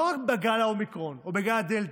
לא רק בגל האומיקרון או גל הדלתא,